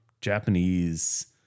Japanese